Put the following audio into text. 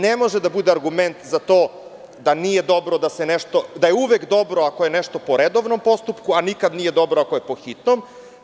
Ne može da bude argument za to da je uvek dobro ako je nešto po redovnom postupku, a nikad nije dobro ako je po hitnom.